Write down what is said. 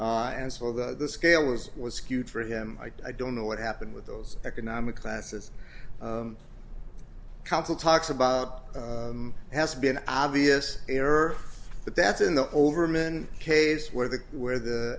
for the scale was was skewed for him i don't know what happened with those economic classes council talks about has been obvious error but that's in the overman case where the where the